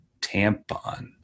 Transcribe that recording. tampon